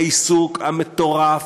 לעיסוק המטורף,